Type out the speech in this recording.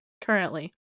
currently